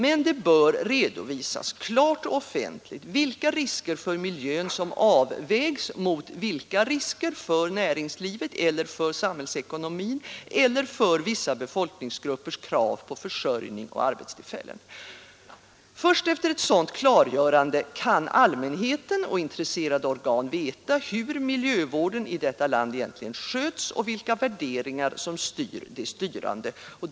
Men det bör klart och offentligt redovisas vilka risker för miljön som avvägs mot vilka risker för näringslivet, för samhällsekonomin eller för vissa befolkningsgruppers krav på försörjning och arbetstillfällen. Först efter ett sådant klargörande kan allmänheten och intresserade organ veta hur miljövården i detta land egentligen sköts och vilka värderingar som styr de styrande.